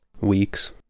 weeks